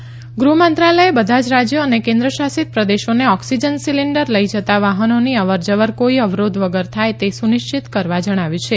ગૃહમંત્રાલય ઓકસીજન ગુહમંત્રાલયે બધા જ રાજયો અને કેન્દ્ર શાસિત પ્રદેશોને ઓકસીજન સીલીન્ડર લઇ જતા વાહનોની અવર જવર કોઇ અવરોધ વગર થાય તે સુનિશ્ચિત કરવા જણાવ્યું છે